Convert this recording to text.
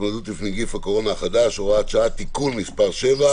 להתמודדות עם נגיף הקורונה החדש (הוראת שעה) (תיקון מס' 7)